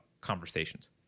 conversations